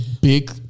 big